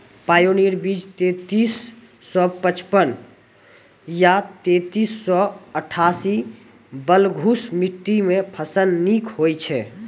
Pioneer बीज तेंतीस सौ पचपन या तेंतीस सौ अट्ठासी बलधुस मिट्टी मे फसल निक होई छै?